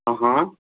ओ हो